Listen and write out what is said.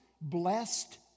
blessed